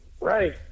Right